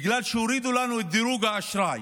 בגלל שהורידו לנו את דירוג האשראי,